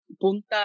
punta